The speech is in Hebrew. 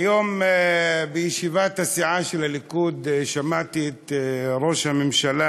היום בישיבת הסיעה של הליכוד שמעתי את ראש הממשלה